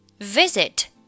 Visit